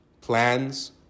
plans